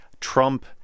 Trump